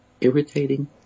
irritating